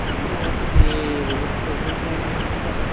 न'नि बायदि जेबोखौनो सफैनायानो जाला